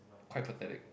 quite pathetic